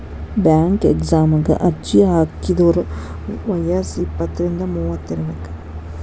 bank ಎಕ್ಸಾಮಗ ಅರ್ಜಿ ಹಾಕಿದೋರ್ ವಯ್ಯಸ್ ಇಪ್ಪತ್ರಿಂದ ಮೂವತ್ ಇರಬೆಕ್